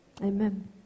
Amen